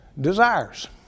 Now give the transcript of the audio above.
desires